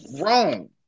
wrong